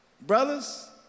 brothers